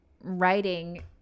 writing